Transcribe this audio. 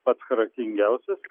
pats charakteringiausias